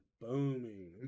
booming